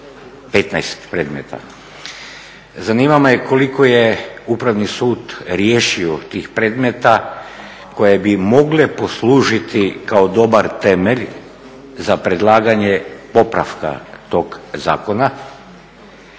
15 predmeta. Zanima je koliko je Upravni sud riješio tih predmeta koje bi mogle poslužiti kao dobar temelj za predlaganje popravka tog zakona